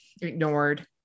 ignored